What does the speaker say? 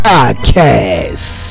Podcast